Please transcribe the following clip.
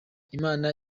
imana